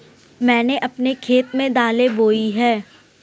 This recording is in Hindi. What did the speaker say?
मैंने अपने खेत में दालें बोई हैं